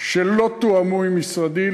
שלא תואמו עם משרדי,